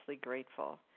grateful